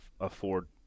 afford